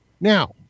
Now